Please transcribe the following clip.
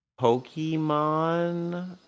Pokemon